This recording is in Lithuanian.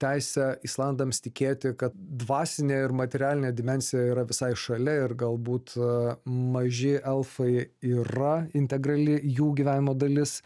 teisę islandams tikėti kad dvasinė ir materialinė dimensija yra visai šalia ir galbūt maži elfai yra integrali jų gyvenimo dalis